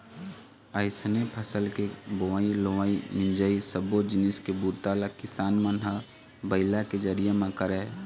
अइसने फसल के बोवई, लुवई, मिंजई सब्बो जिनिस के बूता ल किसान मन ह बइला के जरिए म करय